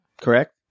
correct